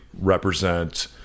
represent